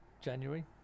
January